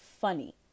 funny